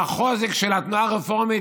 בחוזק של התנועה הרפורמית,